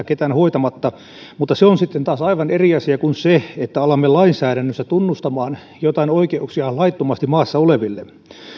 ketään hoitamatta mutta se on sitten taas aivan eri asia kuin se että alamme lainsäädännössä tunnustamaan joitain oikeuksia laittomasti maassa oleville